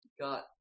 got